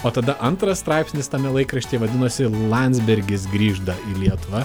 o tada antras straipsnis tame laikraštyje vadinosi landsbergis grįžda į lietuvą